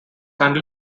until